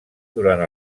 durant